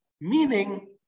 Meaning